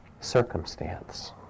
circumstance